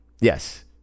yes